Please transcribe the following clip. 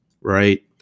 Right